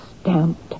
stamped